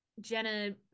Jenna